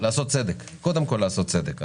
לעשות צדק, קודם כול לעשות צדק.